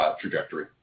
trajectory